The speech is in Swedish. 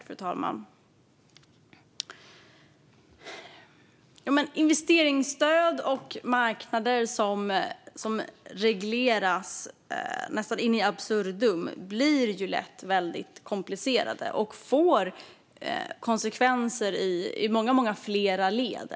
Fru talman! Investeringsstöd och marknader som regleras nästan in absurdum blir lätt väldigt komplicerade, och det får konsekvenser i många fler led än bara direkt.